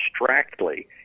abstractly